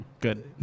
Good